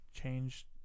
changed